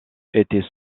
étaient